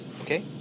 Okay